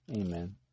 Amen